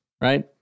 right